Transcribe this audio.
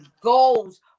goals